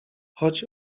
choć